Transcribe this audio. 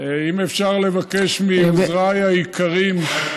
אם אפשר לבקש מעוזריי היקרים.